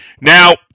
now